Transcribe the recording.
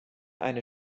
eine